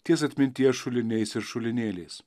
ties atminties šuliniais ir šulinėliais